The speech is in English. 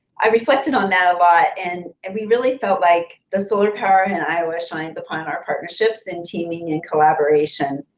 i reflected on that a lot and and we really felt like the solar power in iowa shines upon our partnerships and teaming and collaboration.